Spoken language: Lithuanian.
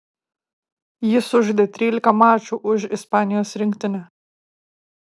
jis sužaidė trylika mačų už ispanijos rinktinę